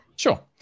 Sure